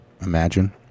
imagine